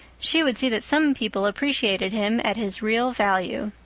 she would see that some people appreciated him at his real value.